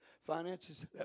finances